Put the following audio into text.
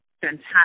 fantastic